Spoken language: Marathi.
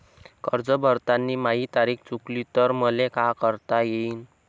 कर्ज भरताना माही तारीख चुकली तर मले का करता येईन?